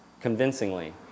convincingly